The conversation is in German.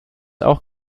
auch